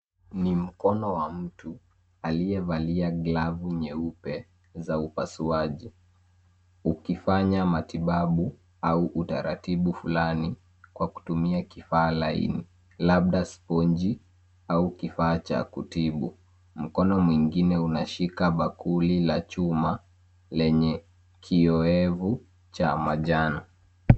Ni mkono wa mtu aliyevalia glavu nyeupe za upasuaji ukifanya matibabu au utaratibu fulani kwa kutumia kifaa laini labda sponji au kifaa cha kutibu, mkono mwingine unashika bakuli la chuma lenye kioeevu cha manjano.